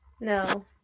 No